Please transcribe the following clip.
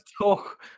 talk